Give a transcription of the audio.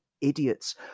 Idiots